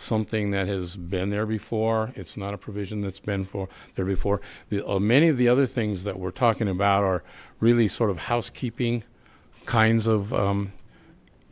something that has been there before it's not a provision that's been for there before many of the other things that we're talking about are really sort of housekeeping kinds of